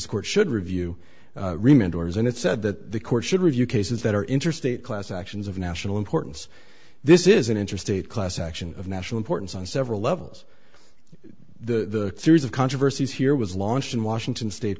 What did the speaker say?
court should review re mentors and it said that the court should review cases that are interstate class actions of national importance this is an interstate class action of national importance on several levels the series of controversies here was launched in